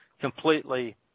completely